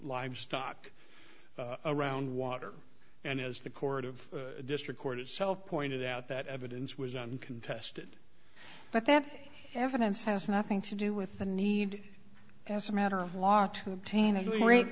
livestock around water and as the court of district court itself pointed out that evidence was on contested but that evidence has nothing to do with the need as a matter of law to obtain a great